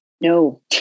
No